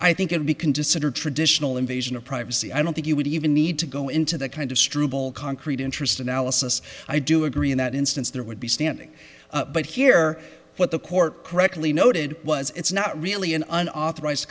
i think it to be can decide or traditional invasion of privacy i don't think you would even need to go into that kind of struble concrete interest analysis i do agree in that instance there would be standing but here what the court correctly noted was it's not really an unauthorized